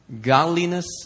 godliness